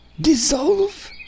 dissolve